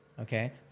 Okay